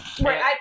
Right